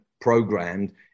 programmed